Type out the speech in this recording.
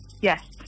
Yes